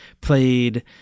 played